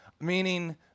Meaning